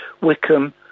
Wickham